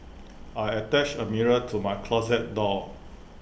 I attached A mirror to my closet door